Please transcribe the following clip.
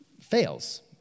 fails